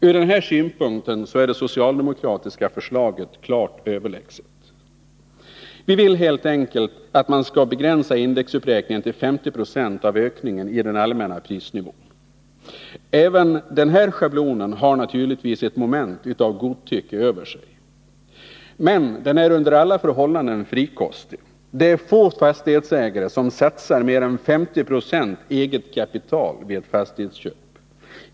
Ur denna synpunkt är det socialdemokratiska förslaget klart överlägset. Socialdemokraterna vill helt enkelt att man skall begränsa indexuppräkningen till 50 26 av ökningen i den allmänna prisnivån. Även denna schablon har naturligtvis ett moment av godtycke över sig. Men den är under alla förhållanden frikostig; det är få fastighetsägare som satsar så mycket som 50 96 eget kapital vid ett fastighetsköp.